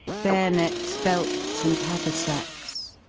bayonets, belts, and haversacks.